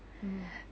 mmhmm